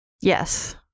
Yes